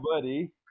buddy